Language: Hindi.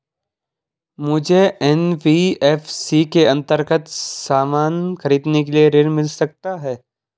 मुझे एन.बी.एफ.सी के अन्तर्गत सामान खरीदने के लिए ऋण मिल सकता है?